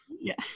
yes